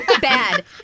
bad